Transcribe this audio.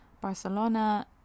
Barcelona